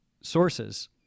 sources